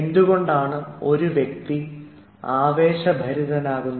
എന്തുകൊണ്ടാണ് ഒരു വ്യക്തി ആവേശഭരിതനാക്കുന്നത്